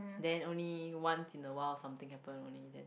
then only once in awhile something happen only then